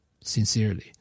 Sincerely